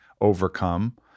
overcome